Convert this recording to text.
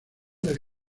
del